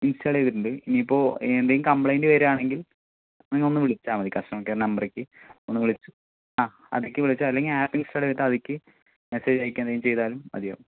install ചെയ്തിട്ടുണ്ട് ഇനീപ്പോ എന്തേലും കംപ്ലൈന്റ്റ് വരുവാണെങ്കിൽ നിങ്ങൾ ഒന്ന് വിളിച്ചാൽ മതി കസ്റ്റമർ കെയർ നമ്പറിലേക്ക് ഒന്ന് വിളിച്ച് ആ അതിക്ക് വിളിച്ചാൽ മതി അല്ലെങ്കിൽ ആപ്പ് ഇൻസ്റ്റാള് ചെയ്തിട്ട് അതിക്ക് മെസ്സേജ് അയക്കന്തെങ്കിലും ചെയ്താലും മതിയാവും